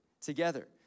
together